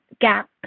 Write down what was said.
gap